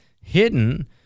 hidden